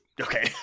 okay